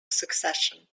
succession